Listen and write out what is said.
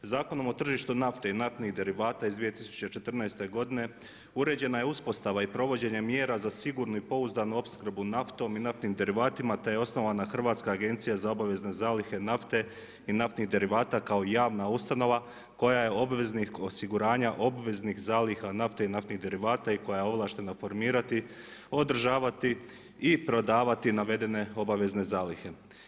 Zakona o tržištu nafte i naftnih derivata iz 2014. godine uređena je uspostava i provođenje mjera za sigurnu i pouzdanu opskrbu naftom i naftnim derivatima, te je osnovana Hrvatska agencija za obavezne zalihe nafte i naftnih derivata kao javna ustanova koja je obveznik osiguranja obveznih zaliha nafte i naftnih derivata i koja je ovlaštena formirati održavati i prodavati navedene obavezne zalihe.